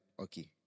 okay